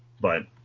but-